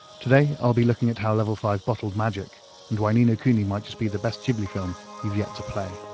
today i'll be looking at how level five bottled magic and why ni no kuni might just be the best ghibli film you've yet to play.